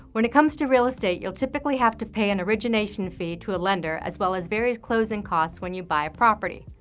when it comes to real estate, you'll typically have to pay an origination fee to a lender, as well as various closing costs when you buy property.